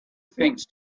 things